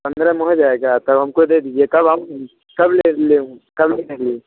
पंद्रह में हो जाएगा तब हमको दे दीजिए कब हम कब ले ले कब लेने के लिए